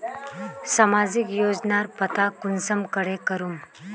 सामाजिक योजनार पता कुंसम करे करूम?